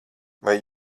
vai